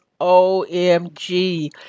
OMG